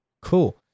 Cool